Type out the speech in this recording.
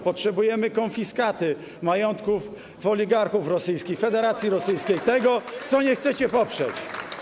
Potrzebujemy konfiskaty majątków oligarchów rosyjskich, Federacji Rosyjskiej, tego, czego nie chcecie poprzeć.